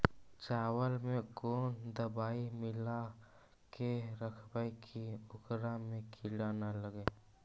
चावल में कोन दबाइ मिला के रखबै कि ओकरा में किड़ी ल लगे?